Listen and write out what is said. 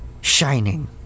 Shining